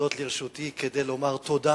שעומדות לרשותי כדי לומר תודה